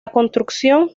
construcción